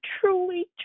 truly